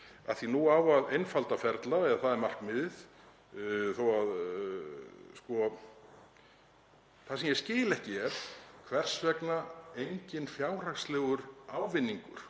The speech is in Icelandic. að nú á að einfalda ferla, það er markmiðið — það sem ég skil ekki er hvers vegna enginn fjárhagslegur ávinningur